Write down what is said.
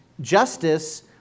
justice